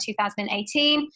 2018